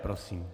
Prosím.